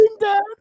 Dad